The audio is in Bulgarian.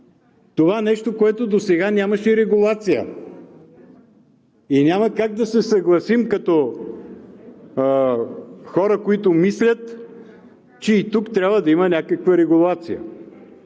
това нещо, което досега нямаше регулация. Няма как да се съгласим като хора, които мислят, че и тук трябва да има някаква регулация,